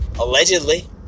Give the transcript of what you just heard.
allegedly